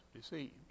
deceived